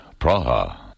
Praha